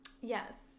Yes